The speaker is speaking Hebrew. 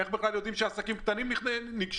איך בכלל יודעים שעסקים קטנים ניגשו.